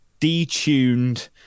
detuned